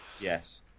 Yes